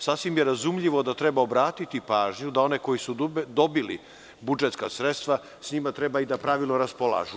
Sasvim je razumljivo da treba obratiti pažnju da one koji su dobili budžetska sredstava s njima treba i da pravilno raspolažu.